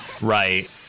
Right